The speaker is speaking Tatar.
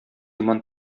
иман